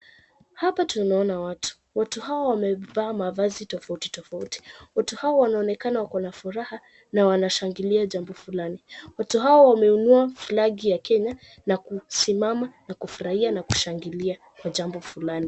Watu wamevaa mavazi tofauti tofauti. Wako na furaha na wanashangilia jambo fulani. Wamenunua flagi ya Kenya na kusimama, kufurahia na kushangillia jambo fulani.